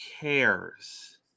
cares